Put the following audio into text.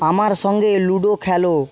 আমার সঙ্গে লুডো খেলো